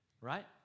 right